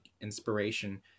inspiration